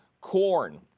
Corn